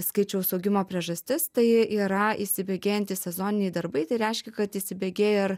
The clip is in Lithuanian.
skaičiaus augimo priežastis tai yra įsibėgėjantys sezoniniai darbai tai reiškia kad įsibėgėja ir